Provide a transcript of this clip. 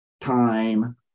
time